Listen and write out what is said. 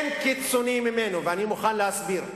אני מוכן להסביר.